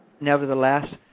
Nevertheless